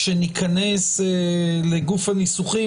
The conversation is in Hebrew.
כשניכנס לגוף הניסוחים,